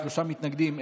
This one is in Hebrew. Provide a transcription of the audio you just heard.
שלושה מתנגדים,